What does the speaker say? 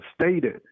stated